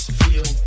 feel